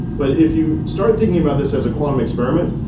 but if you start thinking about this as a quantum experiment,